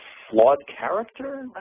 flawed character, right,